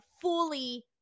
fully